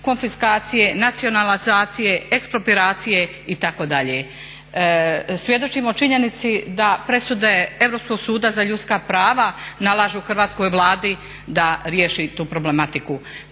konfiskacije, nacionalizacije, eksproprijacije itd. Svjedočimo činjenici da presude Europskog suda za ljudska prava nalažu hrvatskoj Vladi da riješi tu problematiku.